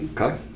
okay